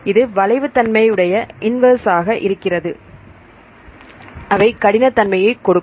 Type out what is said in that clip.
இது வளைவு தன்மை உடைய இன்வர்ஸ் ஆக இருக்கிறது அவை கடினதன்மையை கொடுக்கும்